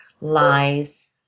lies